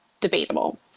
debatable